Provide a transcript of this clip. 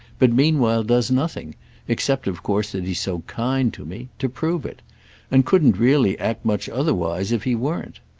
but meanwhile does nothing except of course that he's so kind to me to prove it and couldn't really act much otherwise if he weren't.